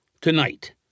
Tonight